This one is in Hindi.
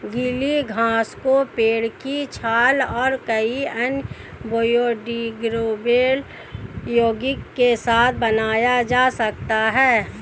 गीली घास को पेड़ की छाल और कई अन्य बायोडिग्रेडेबल यौगिक के साथ बनाया जा सकता है